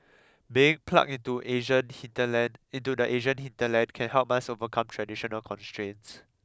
being plugged into Asian hinterland into the Asian hinterland can help us overcome traditional constraints